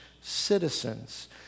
citizens